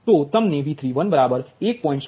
તેથી તમને V31 1